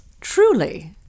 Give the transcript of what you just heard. Truly